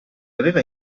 aveva